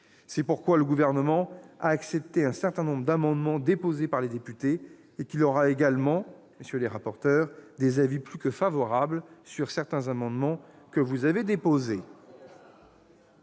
C'est pourquoi le Gouvernement a accepté un certain nombre d'amendements déposés par les députés. Il émettra également, messieurs les rapporteurs, des avis plus que favorables sur certains amendements que vous présenterez.